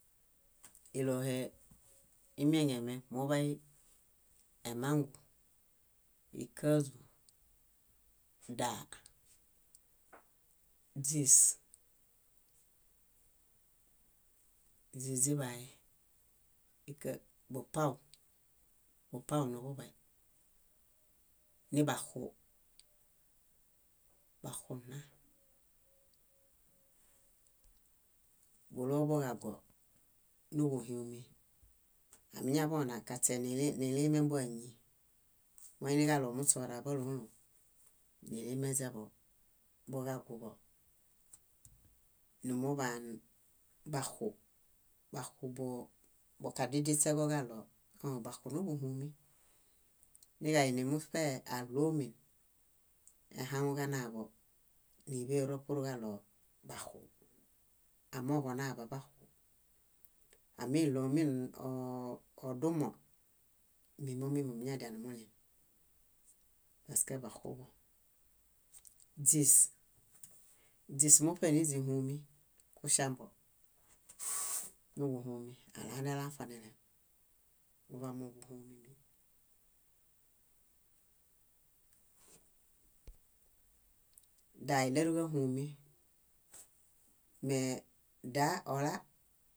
Ílohe imieŋemieŋ. Muḃay emangu, íkaźu, daa, dís, źíźiḃae, íka- bupaw, bupaw niḃuḃay, nibaxu, baxu nna, búloo buġago núḃuhumin. Amiñaḃona kaśe nilimembo áñi, moiniġaɭo muśe oraḃale ólom, nilimeźeḃo, buġaguḃo. Numuḃaan buxu, baxu boo boġadidiśẽġoġaɭo, õõ baxu núḃuhumin niġainimuṗe áɭomin, ahaŋuġanaḃo níḃero purġaɭo baxu. Amooġo naḃabaxu. Áminiɭo min odumo, mimo mími muñadianumulim, paske baxuḃom. Źís, źís muṗe níźihumin, kuŝambo, núġuhumin alanelafa nilem, múḃamoġuhumimi. Daa íleruġahumi, me daa ola,